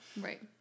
Right